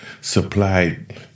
supplied